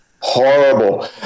horrible